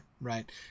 right